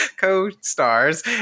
co-stars